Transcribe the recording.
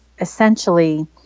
essentially